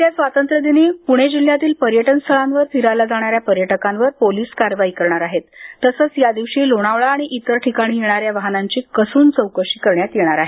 येत्या स्वातंत्र्यदिनी पुणे जिल्ह्यातील पर्यटनस्थळांवर फिरायला जाणाऱ्या पर्यटकांवर पोलीस कारवाई करणार आहेत तसंच या दिवशी लोणावळा आणि इतर ठिकाणी येणाऱ्या वाहनांची कसून चौकशी करण्यात येणार आहे